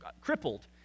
crippled